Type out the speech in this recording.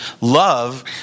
love